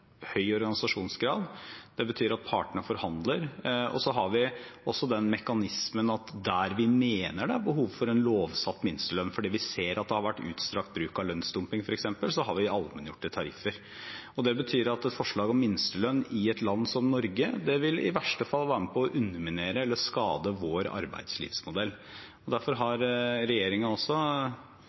høy organisasjonsgrad. Det betyr at partene forhandler. Så har vi også den mekanismen at der vi mener det er behov for en lovfestet minstelønn fordi vi ser at det har vært utstrakt bruk av lønnsdumping f.eks., har vi allmenngjorte tariffer. Det betyr at forslaget om minstelønn i et land som Norge i verste fall vil være med på å underminere eller skade vår arbeidslivsmodell. Derfor har